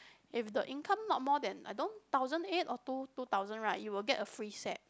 if the income not more than I don't thousand eight or two two thousand right you will get a free set